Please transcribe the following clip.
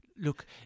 look